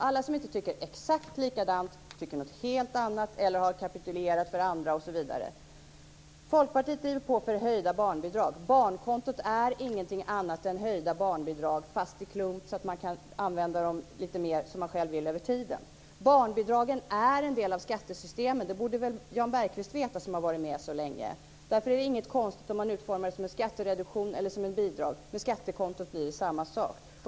Alla som inte tycker exakt likadant tycker något helt annat eller har kapitulerat för andra osv. Folkpartiet driver på för höjda barnbidrag. Barnkontot är ingenting annat än höjda barnbidrag, fast i klump, så att man kan använda dem lite mer som man själv vill över tiden. Barnbidragen är en del av skattesystemet. Det borde väl Jan Bergqvist veta som har varit med så länge! Därför är det inte konstigt om man utformar det som en skattereduktion eller som bidrag - med skattekontot blir det samma sak.